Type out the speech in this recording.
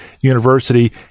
University